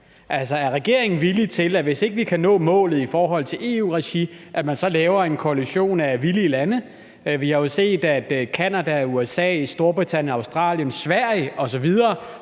er regeringen villig til, at vi, hvis ikke vi kan nå målet i forhold til EU-regi, så laver en koalition af villige lande? Vi har jo set, at Canada, USA, Storbritannien, Australien, Sverige osv.